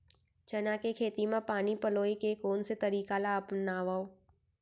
चना के खेती म पानी पलोय के कोन से तरीका ला अपनावव?